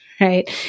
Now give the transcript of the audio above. right